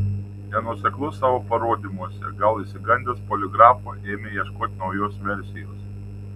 nenuoseklus savo parodymuose gal išsigandęs poligrafo ėmė ieškoti naujos versijos